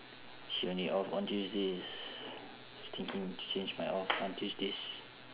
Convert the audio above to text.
she only off on tuesdays thinking to change my off on tuesdays